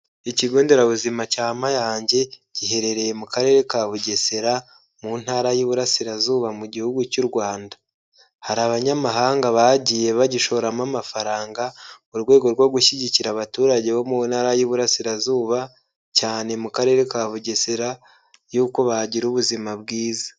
Ikigo nderabuzima cya Mayange giherereye mu Karere ka Bugesera mu ntara y'Iburasirazuba mu gihugu cy'u Rwanda, hari abanyamahanga bagiye bagishoramo amafaranga mu rwego rwo gushyigikira abaturage bo mu ntara y'Iburasirazuba cyane mu Karere ka Bugesera yuko bagira ubuzima bwiza.